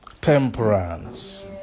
Temperance